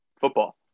football